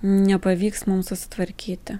nepavyks mums susitvarkyti